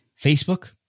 Facebook